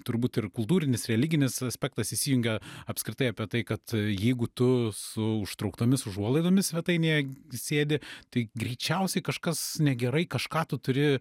turbūt ir kultūrinis religinis aspektas įsijungia apskritai apie tai kad jeigu tu su užtrauktomis užuolaidomis svetainėje sėdi tai greičiausiai kažkas negerai kažką tu turi